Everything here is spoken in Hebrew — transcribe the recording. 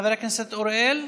חבר הכנסת אוריאל,